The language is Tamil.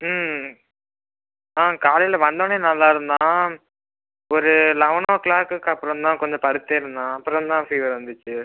ம் ஆ காலையில் வந்தோனே நல்லா இருந்தான் ஒரு லெவனோ கிளாக்குக்கு அப்புறம் தான் கொஞ்சம் படுத்தே இருந்தான் அப்புறம் தான் ஃபீவர் வந்துச்சு